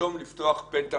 ופתאום לפתוח פתח